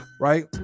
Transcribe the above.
right